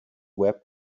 web